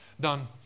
Done